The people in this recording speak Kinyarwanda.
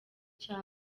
cya